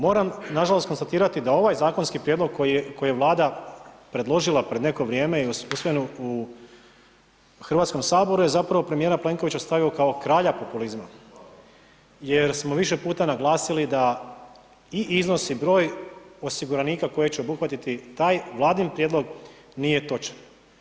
Moram nažalost konstatirati da ovaj zakonski prijedlog koji je Vlada predložila pred neko vrijeme i usvojen u HS-u je zapravo premijer Plenkovića stavilo kao kralja populizma jer smo više puta naglasili da i iznosi i broj osiguranika koje će obuhvatiti taj Vladin prijedlog, nije točan.